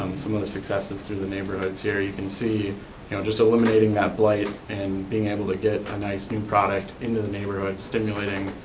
some of the successes through the neighborhoods here, you can see you know illuminating that blight and being able to get a nice new product into the neighborhood, stimulating,